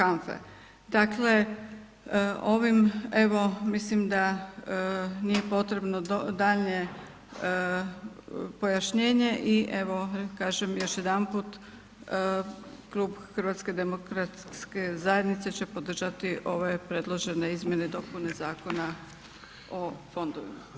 Dakle, ovim evo, mislim da nije potrebno daljnje pojašnjenje i evo, kažem još jedanput, Klub HDZ-a će podržati ovaj predložene izmjene i dopune zakona o fondovima.